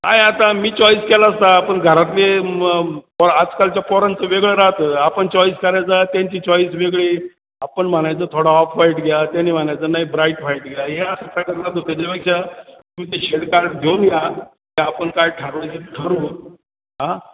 काय आहे आता मी चॉईस केला असता पण घरातले प आजकालच्या पोरांचं वेगळं राहतं आपण चॉईस करायचा त्यांची चॉईस वेगळी आपण म्हणायचं थोडा ऑफव्हाईट घ्या त्यांनी म्हणायचं नाही ब्राईट व्हाईट घ्या हे असं सगळं वाद होतं त्याच्यापेक्षा तुम्ही ते शेड कार्ड घेऊन या ते आपण काय ठरवायचं ते ठरवू आं